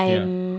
ya